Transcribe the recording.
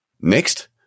Next